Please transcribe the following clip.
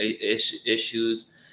issues